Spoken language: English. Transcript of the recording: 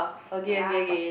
ya